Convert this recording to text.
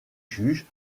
juges